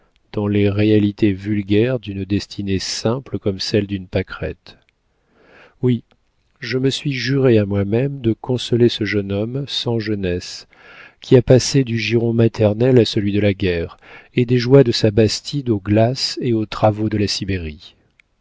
dans les réalités vulgaires d'une destinée simple comme celle d'une pâquerette oui je me suis juré à moi-même de consoler ce jeune homme sans jeunesse qui a passé du giron maternel à celui de la guerre et des joies de sa bastide aux glaces et aux travaux de la sibérie